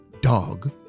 dog